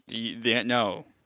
No